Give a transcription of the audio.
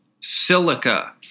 silica